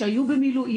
שהיו במילואים,